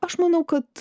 aš manau kad